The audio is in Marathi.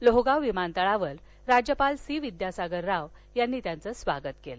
लोहगाव विमानतळावर राज्यपाल चे विद्यासागर राव यांनी त्याचं स्वागत केलं